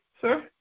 sir